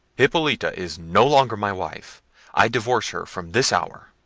hippolita is no longer my wife i divorce her from this hour.